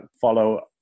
follow